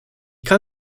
kann